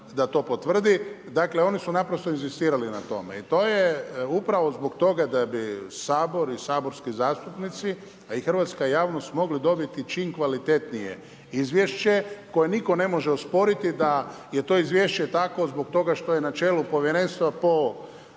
da to potvrdi. Dakle oni su naprosto inzistirali na tome. I to je upravo zbog toga da bi Sabor i saborski zastupnici a i hrvatska javnost mogli dobiti čim kvalitetnije izvješće koje nitko ne može osporiti da je to izvješće takvo zbog toga što je na čelu povjerenstva po